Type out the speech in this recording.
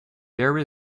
there